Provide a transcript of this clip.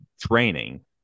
training